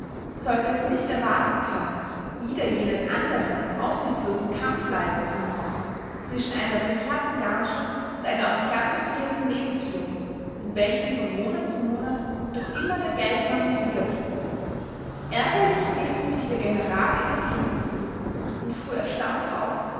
sollte es nicht erwarten können wieder jenen anderen aussichtslosen kampf leiten zu müssen zwischen einer zu knappen gage und einer auf glanz polierten lebensführung in welchem von monat zu monat doch immer der geldmangel sieger blieb ärgerlich lehnte sich der general in die kissen zurück und fuhr erstaunt auf